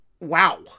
wow